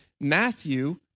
Matthew